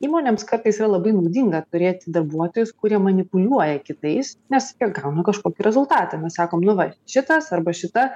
įmonėms kartais yra labai naudinga turėti darbuotojus kurie manipuliuoja kitais nes jie gauna kažkokį rezultatą mes sakom nu va šitas arba šita